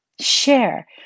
share